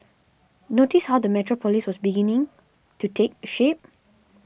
notice how the metropolis was beginning to take shape